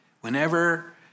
Whenever